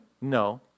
No